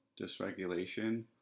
dysregulation